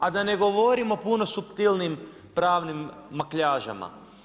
A da ne govorimo o puno suptilnijim pravnim makljažama.